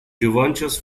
juventus